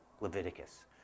Leviticus